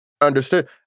understood